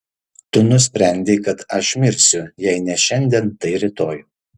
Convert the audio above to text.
tu nusprendei kad aš mirsiu jei ne šiandien tai rytoj